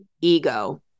ego